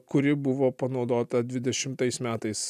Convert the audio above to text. kuri buvo panaudota dvidešimtais metais